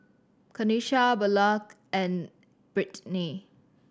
Kenisha Blanca and Brittnay